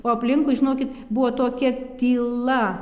o aplinkui žinokit buvo tokia tyla